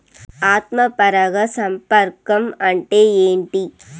ఆత్మ పరాగ సంపర్కం అంటే ఏంటి?